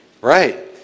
Right